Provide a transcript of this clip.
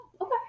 Okay